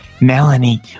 Melanie